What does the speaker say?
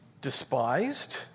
despised